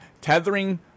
tethering